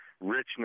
richness